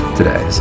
today